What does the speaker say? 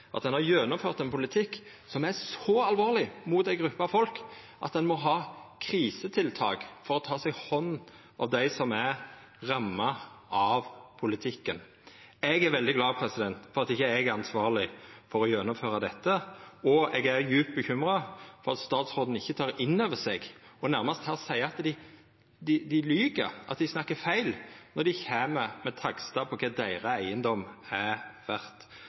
at ein har gjennomført ein politikk som er så alvorleg, mot ei gruppe menneske at ein må ha krisetiltak for å ta hand om dei som er ramma av politikken. Eg er veldig glad for at eg ikkje er ansvarleg for å gjennomføra dette, og eg er djupt bekymra for at statsråden ikkje tek innover seg og nærmast her seier at dei lyg, at dei snakkar feil, når dei kjem med takstar på kva eigedomen deira er verdt. Så då er